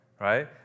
right